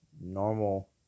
normal